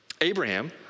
Abraham